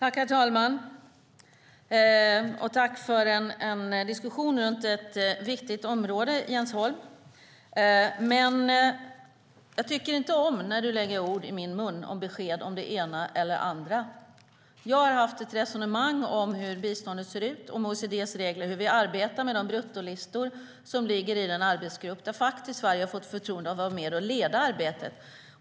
Herr talman! Tack för diskussionen runt ett viktigt område, Jens Holm! Men jag tycker inte om när du lägger ord i min mun med besked om det ena eller det andra. Jag har fört ett resonemang om hur biståndet ser ut, om OECD:s regler och om hur vi arbetar med de bruttolistor som ligger i den arbetsgrupp där Sverige har fått förtroende att vara med och leda arbetet.